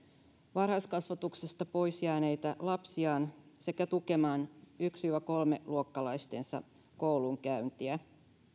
varhaiskasvatuksesta pois jääneitä lapsiaan sekä tukemaan ykkös viiva kolmas luokkalaistensa koulunkäyntiä